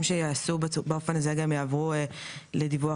שייעשו באופן הזה גם יעברו לדיווח